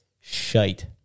shite